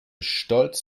stolz